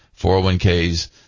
401ks